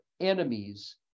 enemies